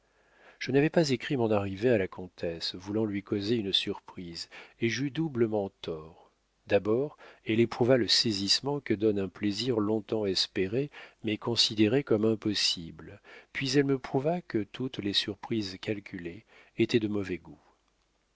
je n'avais pas écrit mon arrivée à la comtesse voulant lui causer une surprise et j'eus doublement tort d'abord elle éprouva le saisissement que donne un plaisir long-temps espéré mais considéré comme impossible puis elle me prouva que toutes les surprises calculées étaient de mauvais goût